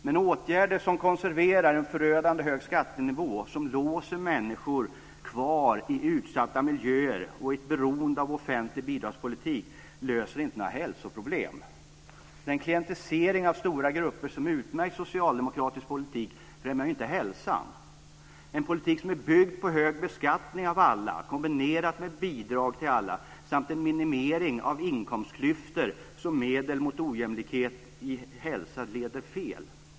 Men åtgärder som konserverar en förödande hög skattenivå och som låser människorna kvar i utsatta miljöer och i ett beroende av offentlig bidragspolitik löser inte några hälsoproblem. Den "klientisering" av stora grupper som utmärkt socialdemokratisk politik främjar inte hälsan, en politik som är byggd på hög beskattning av alla, kombinerad med bidrag till alla samt en minimering av i inkomstklyftor som medel mot ojämlikhet i hälsa, leder fel.